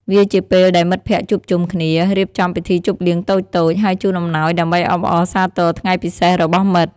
វាជាពេលដែលមិត្តភក្តិជួបជុំគ្នា រៀបចំពិធីជប់លៀងតូចៗ ហើយជូនអំណោយដើម្បីអបអរសាទរថ្ងៃពិសេសរបស់មិត្ត។